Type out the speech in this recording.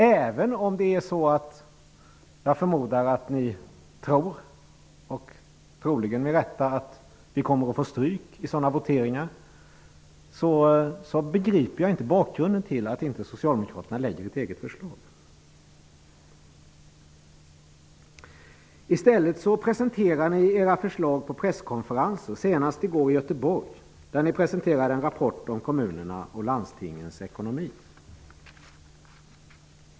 Även om ni tror, antagligen med rätta, att ni kommer att få stryk i sådana voteringar, begriper jag inte bakgrunden till att inte socialdemokraterna lägger fram ett eget förslag. I stället presenterar ni era förslag på presskonferenser, senast i Göteborg, där ni presenterade en rapport om kommunernas och landstingens ekonomi.